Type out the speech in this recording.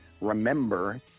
remember